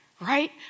right